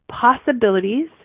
possibilities